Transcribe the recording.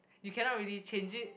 you cannot really change it